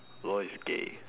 law is gay